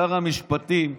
שר המשפטים,